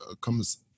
comes